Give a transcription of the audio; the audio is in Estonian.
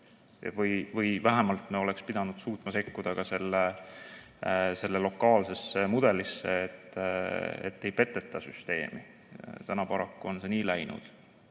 Või vähemalt me oleks pidanud suutma sekkuda ka sellesse lokaalsesse mudelisse, et ei peteta süsteemi. Nüüd on see paraku nii läinud.